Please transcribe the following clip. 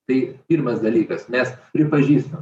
tai pirmas dalykas mes pripažįstam